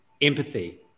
empathy